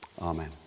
Amen